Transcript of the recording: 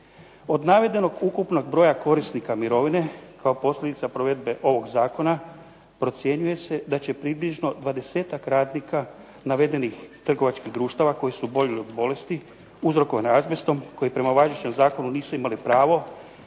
Od navedenog ukupnog broja korisnika mirovine kao posljedica provedbe ovog zakona procjenjuje se da će približno 20-ak radnika navedenih trgovačkih društava koji boluju od bolesti uzrokovane azbestom koji prema važećem zakonu nisu imali pravo